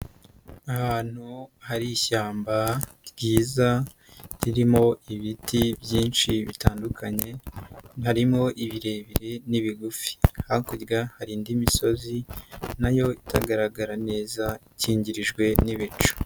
Ahantu hari ishyamba ryiza ririmo ibiti byinshi bitandukanye, harimo ibirebire n'ibigufi. Hakurya hari indi misozi na yo itagaragara neza ikingirijwe n'ibicu.